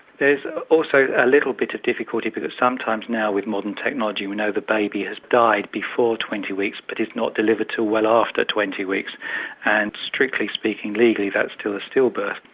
there's also a little bit of difficulty because sometimes now with modern technology we know the baby has died before twenty weeks but is not delivered until well after twenty weeks and strictly speaking legally that is still a stillbirth.